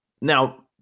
Now